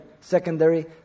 secondary